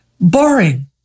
boring